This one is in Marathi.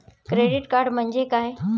क्रेडिट कार्ड म्हणजे काय?